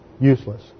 useless